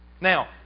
Now